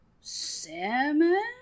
Salmon